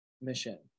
mission